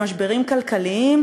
למשברים כלכליים,